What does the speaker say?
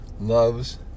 loves